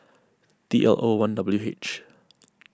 T L O one W H